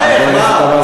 בחייך,